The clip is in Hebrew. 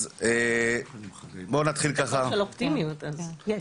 אז בואו נתחיל ככה --- יש אווירה של אופטימיות קצת.